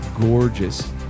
gorgeous